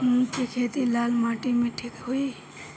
मूंग के खेती लाल माटी मे ठिक होई?